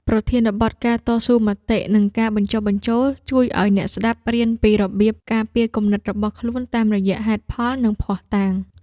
ប្រធានបទ ការតស៊ូមតិ និងការបញ្ចុះបញ្ចូល ជួយឱ្យអ្នកស្ដាប់រៀនពីរបៀបការពារគំនិតរបស់ខ្លួនតាមរយៈហេតុផល និងភស្តុតាង។